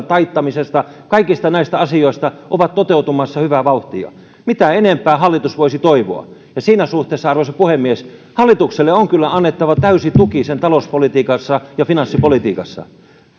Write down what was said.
taittamisesta kaikista näistä asioista ovat toteutumassa hyvää vauhtia mitä enempää hallitus voisi toivoa siinä suhteessa arvoisa puhemies hallitukselle on kyllä annettava täysi tuki sen talouspolitiikassa ja finanssipolitiikassa